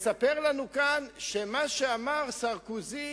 מספר לנו כאן שמה שאמר סרקוזי